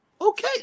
Okay